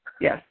yes